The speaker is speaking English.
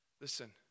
Listen